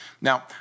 Now